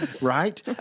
Right